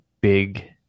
big